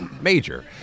Major